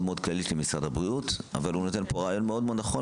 כללית של משרד הבריאות אבל הוא נותן פה רעיון נכון,